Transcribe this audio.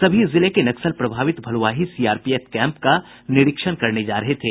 सभी जिले के नक्सल प्रभावित भलुआही सीआरपीएफ कैंप का निरीक्षण करने जा रहे थे